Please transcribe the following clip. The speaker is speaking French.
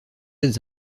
êtes